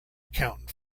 accountant